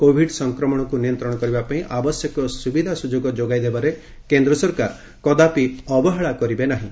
Covid ସଂକ୍ରମଣକୁ ନିୟନ୍ତ୍ରଣ କରିବା ପାଇଁ ଆବଶ୍ୟକୀୟ ସୁବିଧା ସୁଯୋଗ ଯୋଗାଇ ଦେବାରେ କେନ୍ଦ୍ର ସରକାର କଦାପି ଅବହେଳା କରିବେ ନାହିଁ